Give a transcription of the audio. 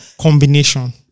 combination